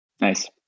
Nice